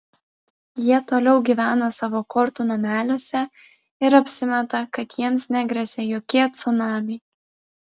jie toliau gyvena savo kortų nameliuose ir apsimeta kad jiems negresia jokie cunamiai